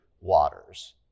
waters